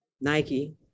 Nike